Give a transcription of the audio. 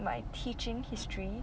my teaching history